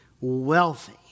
wealthy